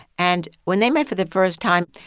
and when they met for the first time,